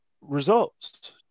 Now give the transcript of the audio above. results